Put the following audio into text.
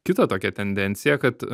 kitą tokią tendenciją kad